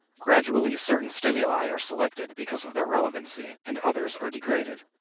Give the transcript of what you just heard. gradually certain stimuli are selected because of their relevancy, and others are degraded.